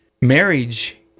marriage